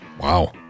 Wow